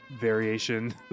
variation